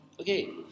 Okay